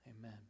Amen